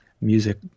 music